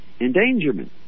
endangerment